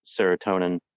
serotonin